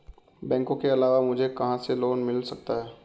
बैंकों के अलावा मुझे कहां से लोंन मिल सकता है?